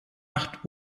acht